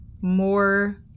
more